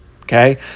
okay